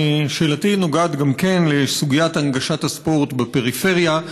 שאלתי נוגעת גם כן לסוגיית הנגשת הספורט בפריפריה.